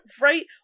Right